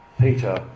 Peter